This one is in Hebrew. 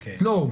לא,